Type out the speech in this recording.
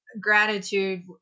gratitude